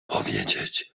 powiedzieć